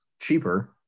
cheaper